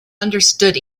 understood